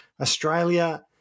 Australia